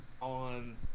on